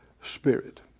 spirit